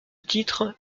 titre